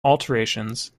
alterations